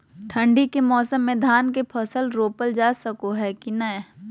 ठंडी के मौसम में धान के फसल रोपल जा सको है कि नय?